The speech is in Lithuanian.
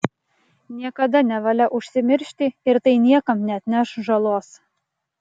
niekada nevalia užsimiršti ir tai niekam neatneš žalos